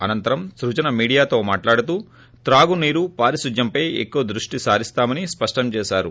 అనంతరం స్ఫజనే మీడియాతో మాట్లాడుతూ తాగునీరు పారిశుద్ద్యంపై ఎక్కువ దృష్టి సారీస్తానని స్పష్టం చేశారు